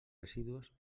residus